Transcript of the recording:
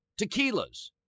tequilas